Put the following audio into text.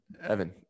Evan